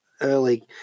early